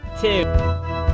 two